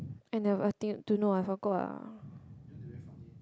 I never I think don't know I forgot ah